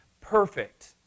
perfect